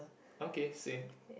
okay same